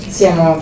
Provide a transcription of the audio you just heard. siamo